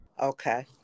Okay